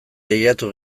lehiatu